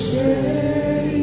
say